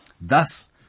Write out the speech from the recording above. Thus